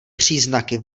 příznaky